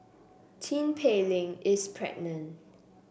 Tin Pei Ling is pregnant